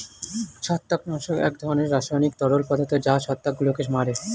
ছত্রাকনাশক এক ধরনের রাসায়নিক তরল পদার্থ যা ছত্রাকগুলোকে মারে